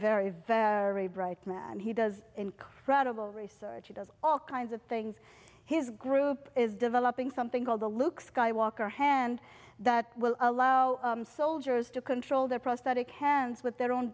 very very bright man and he does incredible research he does all kinds of things his group is developing something called the luke skywalker hand that will allow soldiers to control their prosthetic hands with their own